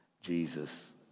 Jesus